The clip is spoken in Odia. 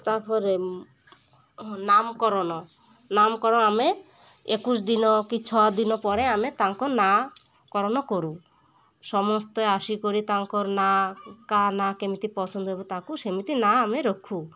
ତାପରେ ନାମକରଣ ନାମକରଣ ଆମେ ଏକୋଇଶ ଦିନ କି ଛଅ ଦିନ ପରେ ଆମେ ତାଙ୍କ ନାମକରଣ କରୁ ସମସ୍ତେ ଆସିକରି ତାଙ୍କ ନାଁ କାହା ନାଁ କେମିତି ପସନ୍ଦ ହେବ ତାକୁ ସେମିତି ନାଁ ଆମେ ରଖୁ